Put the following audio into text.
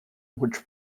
which